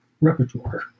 repertoire